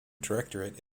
directorate